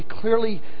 clearly